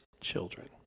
children